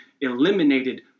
eliminated